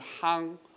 hung